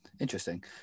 Interesting